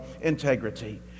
integrity